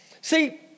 See